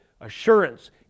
assurance